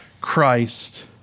Christ